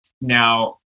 now